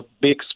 big